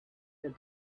said